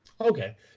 Okay